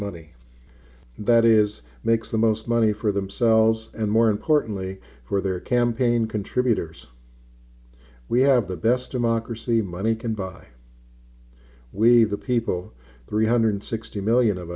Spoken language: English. money that is makes the most money for themselves and more importantly for their campaign contributors we have the best democracy money can buy we the people three hundred sixty million of